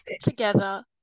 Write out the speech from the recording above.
together